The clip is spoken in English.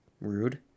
rude